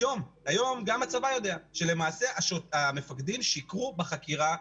היום גם הצבא יודע שלמעשה המפקדים שיקרו בחקירה,